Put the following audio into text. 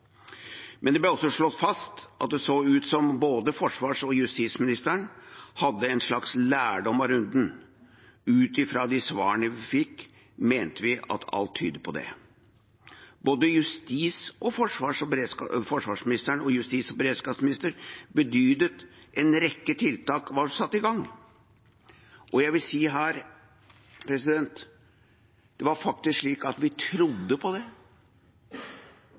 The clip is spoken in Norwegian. Men det ble også slått fast at det så ut som både forsvarsministeren og justisministeren hadde en slags lærdom av runden. Ut fra de svarene vi fikk, mente vi at alt tydet på det. Både forsvarsministeren og justis- og beredskapsministeren bedyret at en rekke tiltak var satt i gang. Jeg vil si her at det faktisk var slik at vi trodde på det